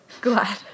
glad